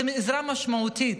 זו עזרה משמעותית.